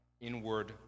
inward